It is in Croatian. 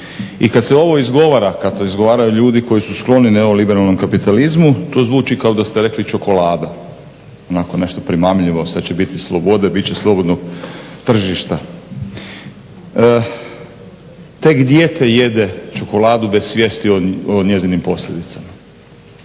I kad se ovo izgovara, kad to izgovaraju ljudi koji su skloni neoliberalnom kapitalizmu to zvuči kao da ste rekli čokolada, onako nešto primamljivo, sad će biti slobode, bit će slobodnog tržišta. Tek dijete jede čokoladu bez svijesti o njenim posljedicama.